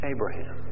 Abraham